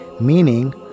meaning